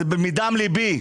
אני מדבר מדם לבי.